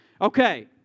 Okay